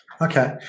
Okay